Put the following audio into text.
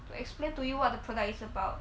to explain to you what the product is about